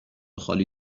خالی